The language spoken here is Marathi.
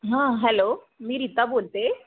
हां हॅलो मी रीता बोलते